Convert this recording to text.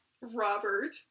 Robert